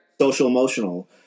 social-emotional